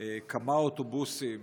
כמה אוטובוסים